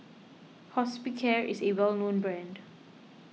Hospicare is a well known brand